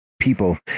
people